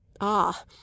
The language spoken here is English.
Ah